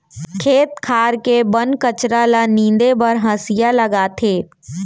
खेत खार के बन कचरा ल नींदे बर हँसिया लागथे